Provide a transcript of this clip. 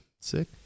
sick